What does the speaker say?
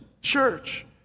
church